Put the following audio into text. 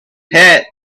pit